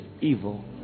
evil